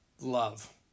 love